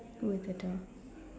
with a door